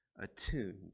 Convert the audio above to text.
attuned